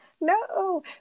no